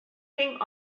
thing